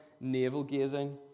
navel-gazing